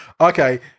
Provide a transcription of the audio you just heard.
Okay